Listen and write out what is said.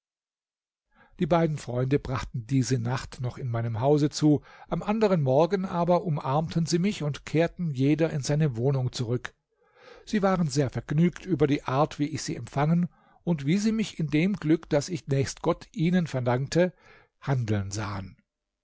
die beiden freunde brachten diese nacht noch in meinem hause zu am anderen morgen aber umarmten sie mich und kehrten jeder in seine wohnung zurück sie waren sehr vergnügt über die art wie ich sie empfangen und wie sie mich in dem glück das ich nächst gott ihnen verdankte handeln sahen